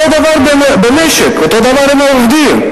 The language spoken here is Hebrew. אותו דבר במשק, אותו דבר עם העובדים.